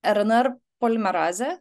rnr polimerazė